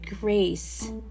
grace